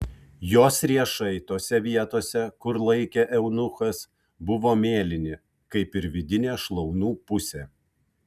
jos riešai tose vietose kur laikė eunuchas buvo mėlyni kaip ir vidinė šlaunų pusė